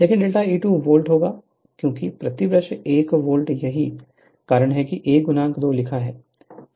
लेकिन delta E2 volt होगा क्योंकि प्रति ब्रश 1 वोल्ट यही कारण है यह 1 2 लिखा है